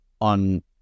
on